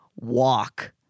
walk